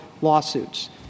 lawsuits